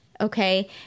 Okay